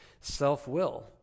Self-will